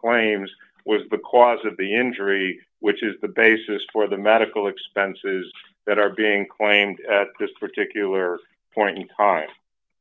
claims was the cause of the injury which is the basis for the medical expenses that are being claimed at this particular point in time